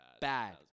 Bad